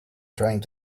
trying